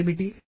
అవేమిటి